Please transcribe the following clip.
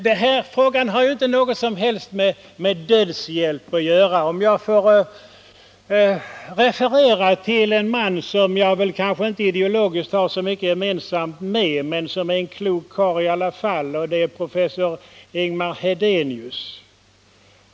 Den här frågan har inte något som helst med dödshjälp att göra. Får jag referera till en man som jag kanske ideologiskt inte har så mycket gemensamt med men som är en klok karl i alla fall, nämligen professor Ingemar Hedenius.